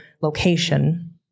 location